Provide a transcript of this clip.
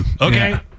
Okay